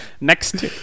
Next